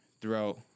throughout